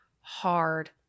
hard